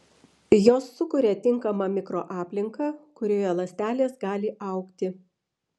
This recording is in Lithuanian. jos sukuria tinkamą mikroaplinką kurioje ląstelės gali augti